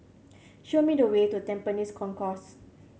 show me the way to Tampines Concourse